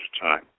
time